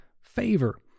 favor